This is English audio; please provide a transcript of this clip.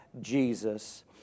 Jesus